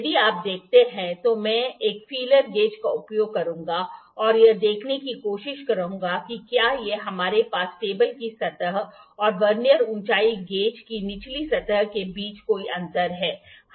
यदि आप देखते हैंतो मैं एक फीलर गेज का उपयोग करूंगा और यह देखने की कोशिश करूंगा कि क्या हमारे पास टेबल की सतह और वर्नियर ऊंचाई गेज की निचली सतह के बीच कोई अंतर है